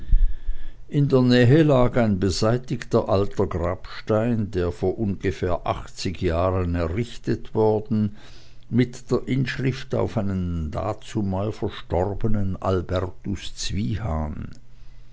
in der nähe lag ein beseitigter alter grabstein der vor ungefähr achtzig jahren errichtet worden mit der inschrift auf einen dazumal verstorbenen albertus